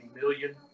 million